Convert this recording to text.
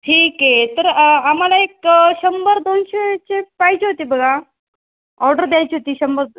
ठीक आहे तर आम्हाला एक शंभर दोनशेचे पाहिजे होती बघा ऑर्डर द्यायची होती शंभर